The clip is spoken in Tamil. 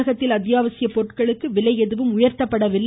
தமிழகத்தில் அத்யாவசிய பொருட்களுக்கு விலை எதுவும் உயர்த்தப்படவில்லை